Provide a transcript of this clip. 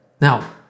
Now